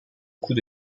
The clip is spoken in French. coups